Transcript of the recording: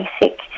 basic